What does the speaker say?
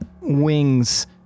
wings